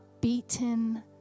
beaten